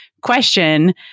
question